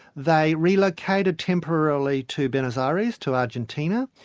they relocated temporarily to buenos aries, to argentine, ah